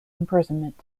imprisonment